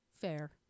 fair